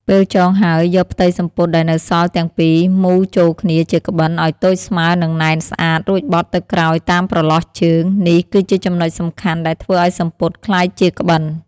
ពេលចងហើយយកផ្ទៃសំពត់ដែលនៅសល់ទាំងពីរមូរចូលគ្នាជាក្បិនឲ្យតូចស្មើរនិងណែនស្អាតរួចបត់ទៅក្រោយតាមប្រឡោះជើង នេះគឺជាចំណុចសំខាន់ដែលធ្វើអោយសំពត់ក្លាយជាក្បិន។